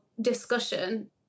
discussion